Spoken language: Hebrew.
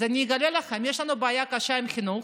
אז אני אגלה לכם: יש לנו בעיה קשה עם חינוך,